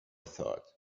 thought